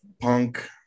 punk